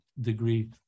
degree